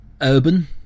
urban